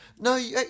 no